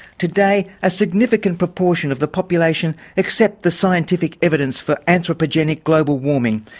today, a significant proportion of the population accept the scientific evidence for anthropogenic global warming.